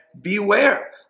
Beware